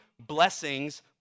blessings